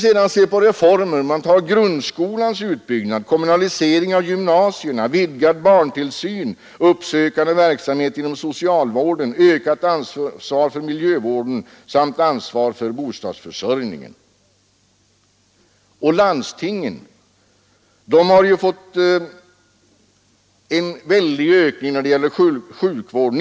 Sedan har vi olika reformer: grundskolans utbyggnad, kommunaliseringen av gymnasierna, vidgad barntillsyn, uppsökande verksamhet inom socialvården, ökat ansvar för miljövården samt ansvar för bostadsförsörjningen. Och landstingen har ju fått en väldig ökning när det gäller sjukvården.